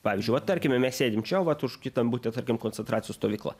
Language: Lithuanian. pavyzdžiui vat tarkime mes sėdim čia o vat už kitam bute tarkim koncentracijos stovykla